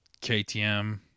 KTM